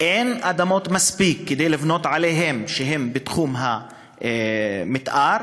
אין מספיק אדמות שהן בתחום תוכנית המתאר